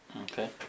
Okay